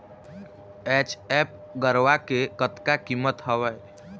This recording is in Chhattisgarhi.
एच.एफ गरवा के कतका कीमत हवए?